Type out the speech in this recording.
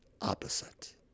opposite